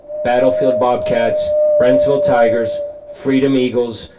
battlefield bobcats, brentsville tigers, freedom eagles,